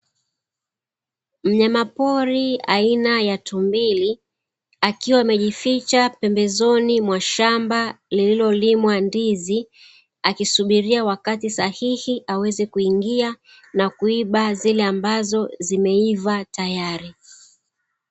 Mnyamapori aina ya tumbili, akiwa amejificha pembezoni mwa shamba lililolimwa ndizi, akisubiria wakati sahihi aweze kuingia na kuiba zile ambazo zimeiva tayari.